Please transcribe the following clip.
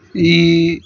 ఈ